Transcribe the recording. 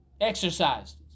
Exercised